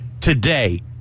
today